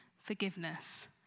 forgiveness